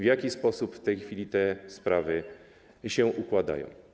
W jaki sposób w tej chwili te sprawy się układają?